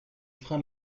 freins